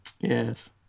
yes